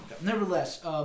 Nevertheless